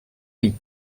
oui